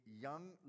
young